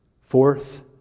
Fourth